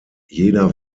jeder